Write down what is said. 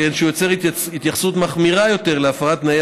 שהוא יוצר התייחסות מחמירה יותר להפרת תנאי